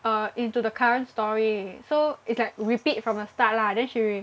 uh into the current story so it's like repeat from the start lah then she re~